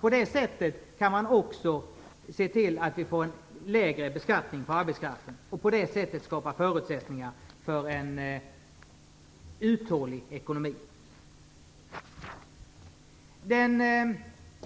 På det sättet kan man också se till att vi får en lägre beskattning på arbetskraften, och därmed skapa förutsättningar för en uthållig ekonomi. Den